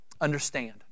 Understand